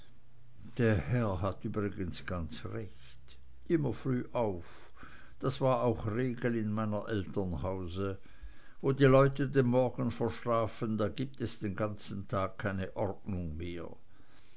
der herr hat übrigens ganz recht immer früh auf das war auch regel in meiner eltern haus wo die leute den morgen verschlafen da gibt es den ganzen tag keine ordnung mehr